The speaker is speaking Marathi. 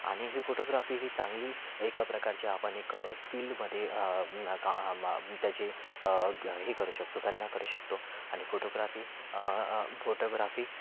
आणि ही फोटोग्राफी ही चांगली एका प्रकारचे आपण एक स्किलमध्ये क म त्याची हे करू शकतो गणना करू शकतो आणि फोटोग्राफी फोटोग्राफी